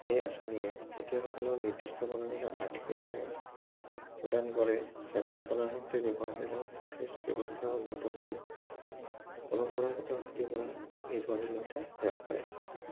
এই আঁচনিয়ে খেতিয়কসকলক নিৰ্দিষ্ট পৰিমাণৰ আৰ্থিক সহায় প্ৰদান কৰে যাতে চ'লাৰ শক্তি ব্যৱহাৰেৰে চেচ ব্যৱস্থা উন্নত কৰি পৰম্পৰাগত শক্তিৰ পৰা নিৰ্ভৰশীলতা হ্ৰাস পায়